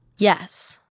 Yes